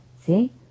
See